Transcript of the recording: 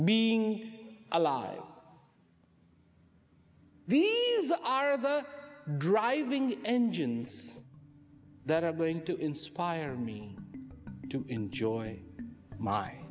being alive these are the driving engines that are going to inspire me to enjoy m